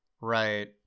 Right